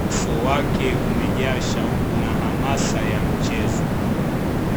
Uso wake umejaa shauku na hamasa ya mchezo.